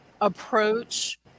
approach